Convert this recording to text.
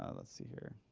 ah let's see here.